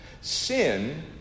Sin